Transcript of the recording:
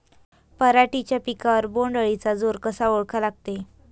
पराटीच्या पिकावर बोण्ड अळीचा जोर कसा ओळखा लागते?